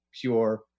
pure